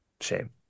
Shame